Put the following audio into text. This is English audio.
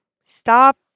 stop